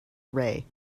array